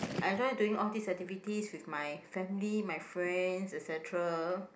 I enjoy doing all these activities with my family my friend et cetera